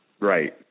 right